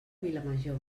vilamajor